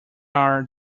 are